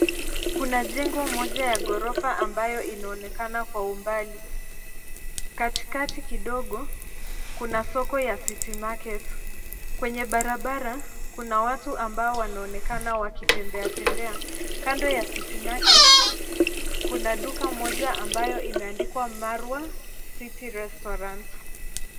Kuna jengo moja ya ghorofa ambayo inaonekana kwa umbali. Katikati kidogo kuna soko ya city market . Kwenye barabara kuna watu ambao wanaonekana wakitembeatembea. Kando ya City market kuna duka moja ambayo imeandikwa marwa city restaurant .